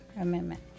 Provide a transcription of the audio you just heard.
amendment